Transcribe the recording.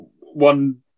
One